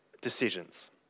decisions